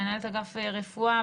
מנהלת אגף רפואה.